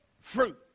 fruit